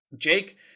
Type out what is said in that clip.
Jake